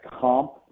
comp